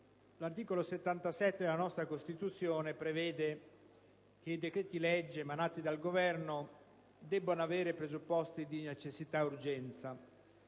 l'articolo 77 della nostra Costituzione prevede che i decreti-legge emanati dal Governo debbano avere i presupposti di necessità e di urgenza.